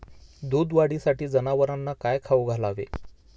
दूध वाढीसाठी जनावरांना काय खाऊ घालावे?